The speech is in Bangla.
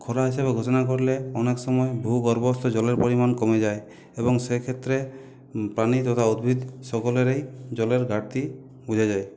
খরা হিসাবে ঘোষণা করলে অনেক সময় ভূগর্ভস্থ জলের পরিমাণ কমে যায় এবং সেক্ষেত্রে প্রাণী তথা উদ্ভিদ সকলেরই জলের ঘাটতি বোঝা যায়